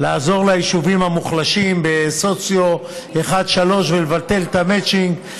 לעזור ליישובים המוחלשים בסוציו 1 3 ולבטל את המצ'ינג,